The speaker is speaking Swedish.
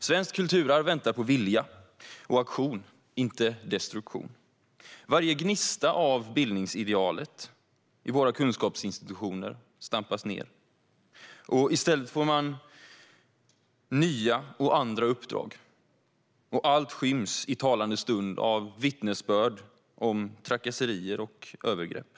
Svenskt kulturarv väntar på vilja och aktion, inte destruktion. Varje gnista av bildningsidealet i våra kunskapsinstitutioner stampas ned. I stället får man nya och andra uppdrag, och allt skyms i talande stund av vittnesbörd om trakasserier och övergrepp.